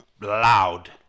loud